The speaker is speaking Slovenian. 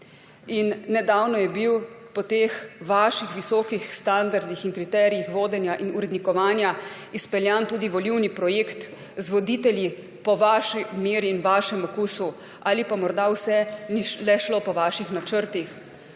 nedavno je bil po teh vaših visokih standardih in kriterijih vodenja in urednikovanja izpeljan tudi volilni projekt z voditelji po vaši meri in vašem okusu ali pa morda vse ni le šlo po vaših načrtih.